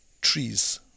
trees